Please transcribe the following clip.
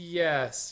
yes